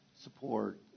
support